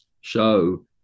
show